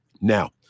Now